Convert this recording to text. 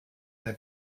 der